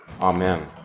amen